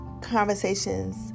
conversations